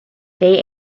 they